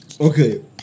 okay